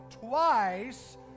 twice